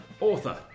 author